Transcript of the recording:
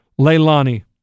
Leilani